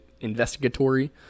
investigatory